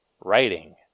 writing